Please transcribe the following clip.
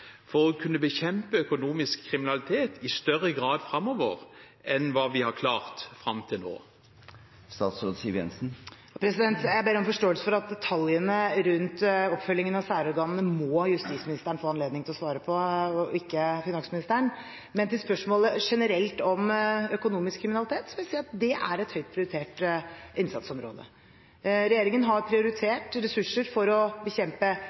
for å kunne bekjempe økonomisk kriminalitet i større grad framover enn hva vi har klart fram til nå? Jeg ber om forståelse for at detaljene rundt oppfølgingen av særorganene må justisministeren få anledning til å svare på, og ikke finansministeren. Men til spørsmålet generelt om økonomisk kriminalitet vil jeg si at det er et høyt prioritert innsatsområde. Regjeringen har prioritert ressurser for å bekjempe